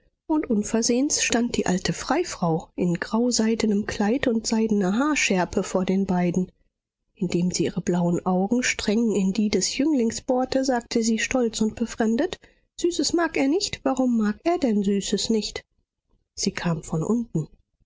und unversehens stand die alte freifrau in grauseidenem kleid und seidener haarschärpe vor den beiden indem sie ihre blauen augen streng in die des jünglings bohrte sagte sie stolz und befremdet süßes mag er nicht warum mag er denn süßes nicht sie kam von unten